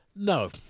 No